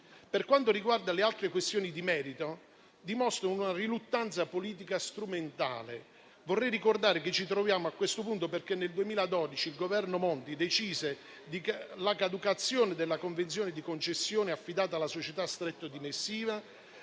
Quanto alle altre questioni di merito, esse dimostrano una riluttanza politica strumentale. Vorrei ricordare che ci troviamo a questo punto perché nel 2012 il Governo Monti decise la caducazione della convenzione di concessione affidata alla società Stretto di Messina